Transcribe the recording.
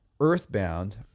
Earthbound